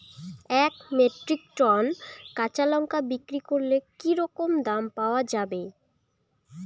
এক metric ton কাঁচা লঙ্কা বিক্রি করলে কি রকম দাম পাওয়া যাবে?